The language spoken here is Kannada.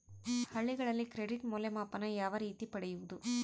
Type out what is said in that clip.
ಹಳ್ಳಿಗಳಲ್ಲಿ ಕ್ರೆಡಿಟ್ ಮೌಲ್ಯಮಾಪನ ಯಾವ ರೇತಿ ಪಡೆಯುವುದು?